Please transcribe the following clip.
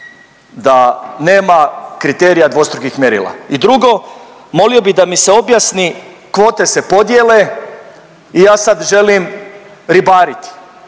da nema kriterija dvostrukih mjerila i drugo, molio bih da mi se objasni, kvote se podijele i ja sad želim ribariti.